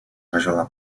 rajola